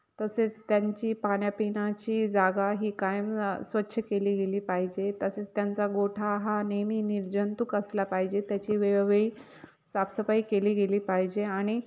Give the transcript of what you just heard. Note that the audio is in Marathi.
तसेच त्यांची पाणी पिण्याची जागा ही कायम स्वच्छ केली गेली पाहिजे तसेच त्यांचा गोठा हा नेहमी निर्जंतूक असला पाहिजे त्याची वेळोवेळी साफसफाई केली गेली पाहिजे आणि